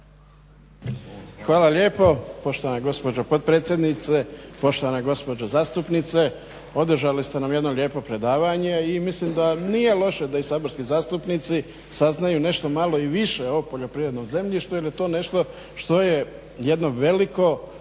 Hvala lijepo poštovana gospođo potpredsjednice, poštovana gospođo zastupnice. Održali ste nam jedno lijepo predavanje i mislim da nije loše da i saborski zastupnici saznaju nešto malo i više o poljoprivrednom zemljištu jer je to nešto što je jedno veliko